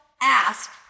ask